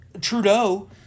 Trudeau